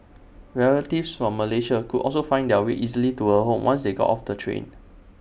relatives from Malaysia could also find their way easily to her home once they got off the train